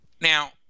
Now